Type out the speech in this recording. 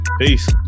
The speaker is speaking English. Peace